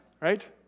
Right